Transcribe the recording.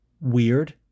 weird